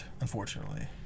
unfortunately